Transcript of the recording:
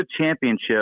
championship